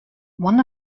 one